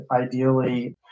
ideally